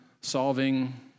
solving